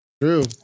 True